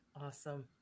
Awesome